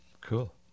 Cool